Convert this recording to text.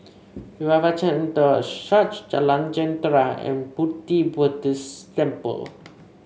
Revival Centre Church Jalan Jentera and Pu Ti Buddhist Temple